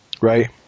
Right